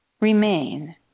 remain